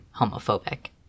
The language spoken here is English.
homophobic